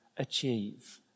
achieve